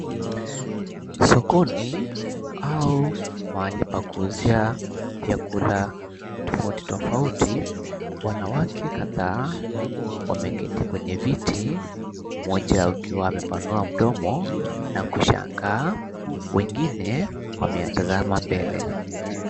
Sokoni au mahali pa kuuzia vyakula tofauti tofauti, wanawake kadhaa, wameketi kwenye viti mmoja akiwa amepanua mdomo na kushangaa, wengine wametazama mbele.